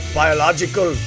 biological